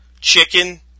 chicken